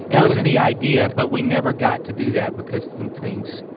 and that was the idea, but we never got to do that because some things